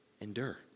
Endure